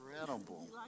Incredible